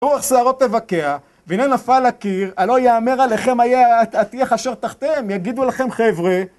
רוח שערות תבקע, והנה נפל הקיר, הלא יאמר עליכם, איה הטיח אשר תחתהם, יגידו לכם חבר'ה...